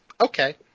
okay